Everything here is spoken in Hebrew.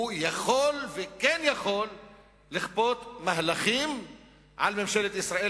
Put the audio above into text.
הוא יכול לכפות מהלכים על ממשלת ישראל